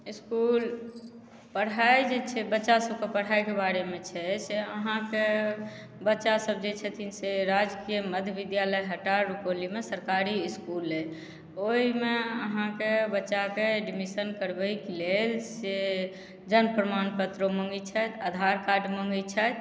इसकुल पढाइ जे छै बच्चा सब कऽ पढाइ कऽ बारे मे छै से अहाँके बच्चा सब जे छथिन से राजकीय मध्य विद्यालय हटार रुपौली मे सरकारी इसकुल अछि ओहिमे अहाँके बच्चा के एडमिशन करबैक लेल से जन्म प्रमाण पत्र ओ मॅंगै छथि आधार कार्ड मॅंगै छथि